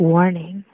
Warning